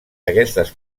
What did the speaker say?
aquestes